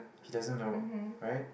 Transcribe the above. he doesn't know right